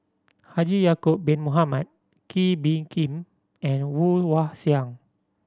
Haji Ya'acob Bin Mohamed Kee Bee Khim and Woon Wah Siang